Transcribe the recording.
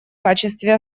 качестве